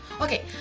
Okay